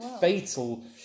fatal